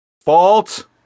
Fault